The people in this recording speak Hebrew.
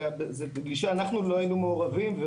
אנחנו לא היינו מעורבים.